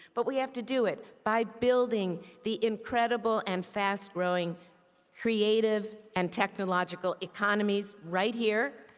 but we have to do it, by building the incredible and fast growing creative and technological economies right here.